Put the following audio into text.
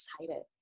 excited